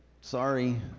sorry